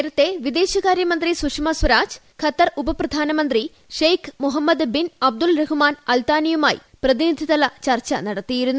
നേരത്തേ വിദേശകാരൃമന്ത്രി സുഷമസ്വരാജ് ഖത്തർ ഉപപ്രധാനമന്ത്രി Sheikh Mohammed bin Abdul Rahman അൽതാനിയുമായി പ്രതിനിധിതല ചർച്ച നടത്തിയിരുന്നു